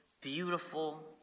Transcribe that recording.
beautiful